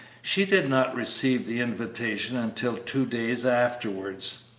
she did not receive the invitation until two days afterwards.